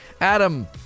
Adam